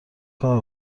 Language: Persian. کند